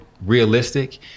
realistic